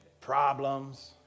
problems